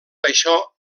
això